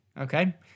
Okay